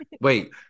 Wait